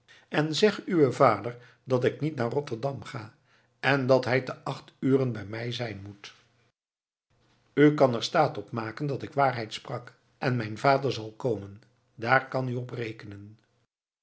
en zeg uwen vader dat ik niet naar rotterdam ga en dat hij te acht uren bij mij zijn moet u kan er staat op maken dat ik waarheid sprak en mijn vader zal komen daar kan u op rekenen